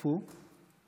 איפה הוא?